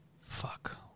fuck